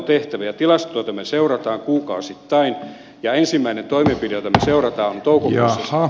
tilastoita me seuraamme kuukausittain ja ensimmäinen toimenpide jota seuraamme on toukokuussa